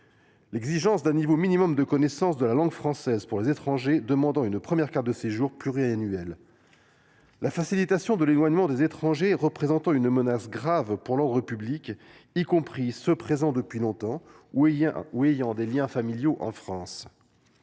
l’exigence d’un niveau minimum de connaissance de la langue française pour les étrangers demandant une première carte de séjour pluriannuelle ; la facilitation de l’éloignement des étrangers représentant une menace grave pour l’ordre public, y compris ceux qui sont présents en France depuis longtemps ou y ont des liens familiaux.